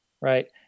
Right